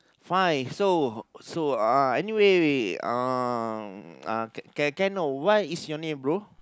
fine so so uh anyway uh uh can can I what is your name bro